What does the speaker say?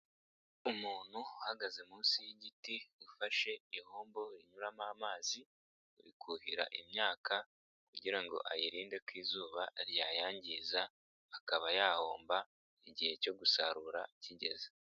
Umuntu uhagaze munsi y'igiti ufashe ihombo rinyuramo amazi ,ari kuhira imyaka kugira ngo ayirinde ko izuba ryayangiza ,akaba yahomba igihe cyo gusarura kigeze.